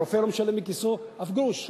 הרופא לא משלם מכיסו אף גרוש,